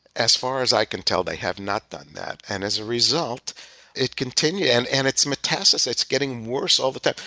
as far as i can tell, they have not done that, and as a result it continued and and it's metastasized. it's getting worse all the time.